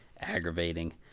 aggravating